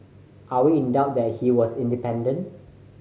are we in doubt that he was independent